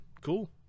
cool